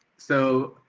so,